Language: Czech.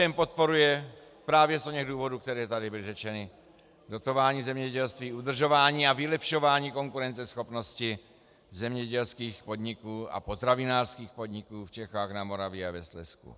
KSČM podporuje právě z oněch důvodů, které tady byly řečeny, dotování zemědělství, udržování a vylepšování konkurenceschopnosti zemědělských podniků a potravinářských podniků v Čechách, na Moravě a ve Slezsku.